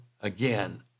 again